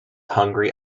hungry